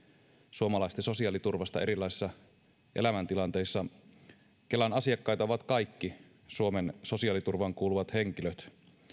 suomalaisten sosiaaliturvasta erilaisissa elämäntilanteissa kelan asiakkaita ovat kaikki suomen sosiaaliturvaan kuuluvat henkilöt